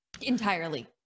entirely